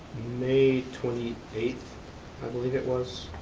may twenty eighth i believe it was,